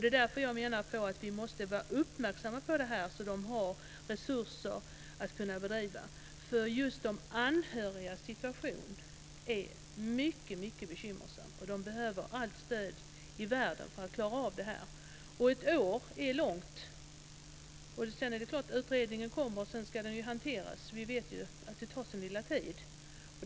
Det är därför jag menar att vi måste vara uppmärksamma på det här så att det finns resurser för att bedriva verksamhet. De anhörigas situation är mycket bekymmersam. De behöver allt stöd i världen för att klara av det här. Ett år är långt. Sedan kommer utredningen, men då ska den hanteras. Vi vet ju att det tar sin lilla tid.